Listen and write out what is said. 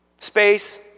Space